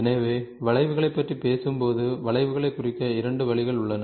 எனவே வளைவுகளைப் பற்றி பேசும்போது வளைவுகளைக் குறிக்க இரண்டு வழிகள் உள்ளன